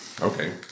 Okay